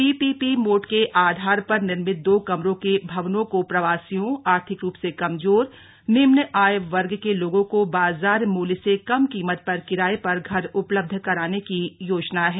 PPP mode के आधार पर निर्मित दो कमरों के भवनों को प्रवासियों आर्थिक रूप से कमजोर निम्न आय वर्ग के लोगों को बाजार मूल्य से कम कीमत पर किराये पर घर उपलब्ध कराने की योजना है